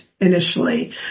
initially